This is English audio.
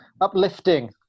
uplifting